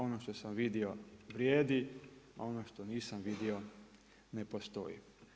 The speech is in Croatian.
Ono što sam vidio vrijedi, ono što nisam vidio ne postoji.